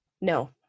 no